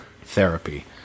therapy